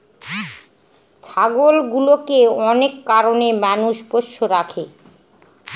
ছাগলগুলোকে অনেক কারনে মানুষ পোষ্য রাখে